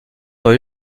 dans